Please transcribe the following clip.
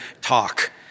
talk